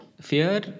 Fear